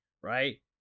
right